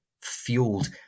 fueled